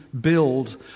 build